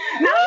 no